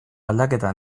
aldaketa